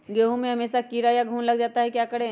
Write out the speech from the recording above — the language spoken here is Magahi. गेंहू में हमेसा कीड़ा या घुन लग जाता है क्या करें?